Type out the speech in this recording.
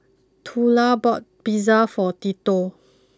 Twyla bought Pizza for